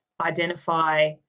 identify